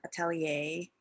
atelier